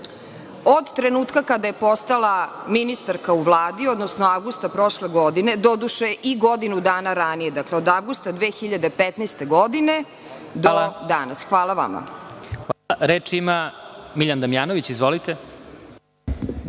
od trenutka kada je postala ministarka u Vladi, odnosno avgusta prošle godine, doduše, i godinu dana ranije, dakle, od avgusta 2015. godine do danas. Hvala. **Vladimir Marinković** Reč ima Miljan Damjanović. Izvolite.